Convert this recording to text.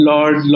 Lord